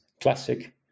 classic